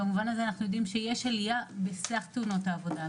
במובן הזה אנחנו יודעים שיש עליה בסך תאונות העבודה,